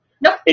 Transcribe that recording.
Nope